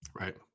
Right